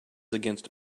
against